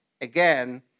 again